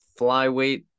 Flyweight